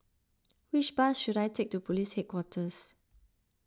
which bus should I take to Police Headquarters